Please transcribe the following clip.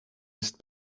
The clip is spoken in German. ist